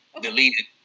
deleted